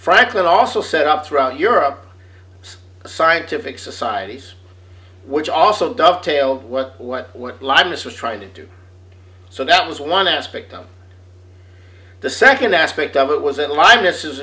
franklin also set up throughout europe scientific societies which also dovetail what what what linus was trying to do so that was one aspect of the second aspect of it was in li